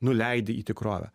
nuleidi į tikrovę